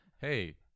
hey